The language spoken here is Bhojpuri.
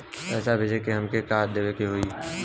पैसा भेजे में हमे का का देवे के होई?